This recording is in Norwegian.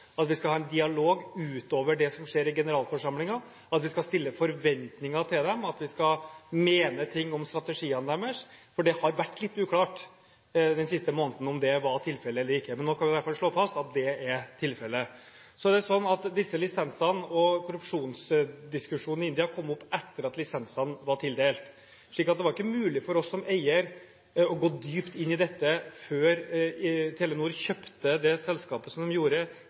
at vi skal ha en dialog utover det som skjer i generalforsamlingen, at vi skal ha forventninger til dem, og at vi skal mene noe om strategiene deres, for det har vært litt uklart den siste måneden om det har vært tilfellet eller ikke. Nå kan vi i hvert fall slå fast at det er tilfellet. Dette med lisensene og korrupsjonsdiskusjonen i India kom opp etter at lisensene var tildelt. Det var ikke mulig for oss som eier å gå dypt inn i dette før Telenor kjøpte det selskapet som de gjorde